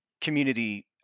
community